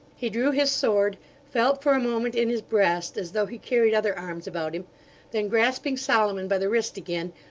he drew his sword felt for a moment in his breast, as though he carried other arms about him then grasping solomon by the wrist again,